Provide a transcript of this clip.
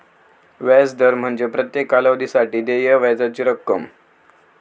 व्याज दर म्हणजे प्रत्येक कालावधीसाठी देय व्याजाची रक्कम